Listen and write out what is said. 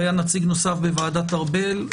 שהיה חבר בוועדת ארבל.